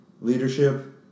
leadership